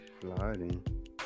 sliding